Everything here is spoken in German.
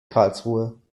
karlsruhe